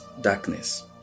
darkness